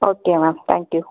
okay ma'am thank you